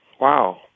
Wow